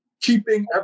keeping